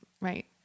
Right